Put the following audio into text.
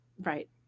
Right